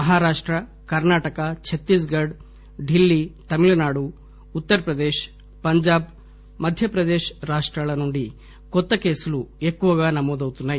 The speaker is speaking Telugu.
మహారాష్ట కర్నాటక ఛత్తీస్ ఘడ్ ఢిల్లీ తమిళనాడు ఉత్తర్ ప్రదేశ్ పంజాబ్ మధ్యప్రదేశ్ రాష్టాల నుంచి కొత్త కేసులు ఎక్కువగా నమోదవుతున్నాయి